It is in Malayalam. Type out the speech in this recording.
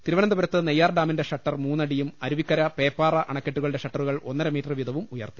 തിരുവനന്തപുരത്ത് നെയ്യാർ ഡാമിന്റെ ഷട്ടർ മൂന്ന ടിയും അരുവിക്കര പേപ്പാറ അണക്കെട്ടുകളുടെ ഷട്ടറുകൾ ഒന്ന രമീറ്റർ വീതവും ഉയർത്തി